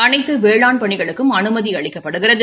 அனைத்து வேளாண் பணிகளுக்கும் அனுமதி அளிக்கப்படுகிறது